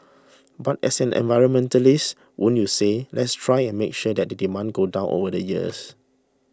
but as an environmentalist wouldn't you say let's try and make sure that the demand goes down over the years